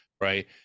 right